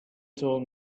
told